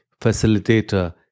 facilitator